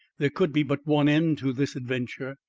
there could be but one end to this adventure.